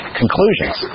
conclusions